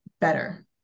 better